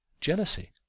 jealousy